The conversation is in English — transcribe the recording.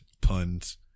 Puns